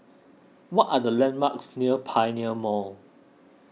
what are the landmarks near Pioneer Mall